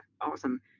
awesome